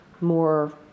more